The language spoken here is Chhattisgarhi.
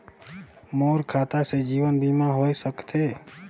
मोर खाता से जीवन बीमा होए सकथे?